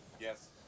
Yes